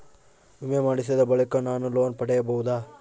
ವಿಮೆ ಮಾಡಿಸಿದ ಬಳಿಕ ನಾನು ಲೋನ್ ಪಡೆಯಬಹುದಾ?